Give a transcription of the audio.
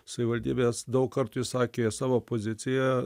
savivaldybės daug kartų išsakė savo poziciją